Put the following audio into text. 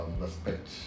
respect